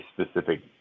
specific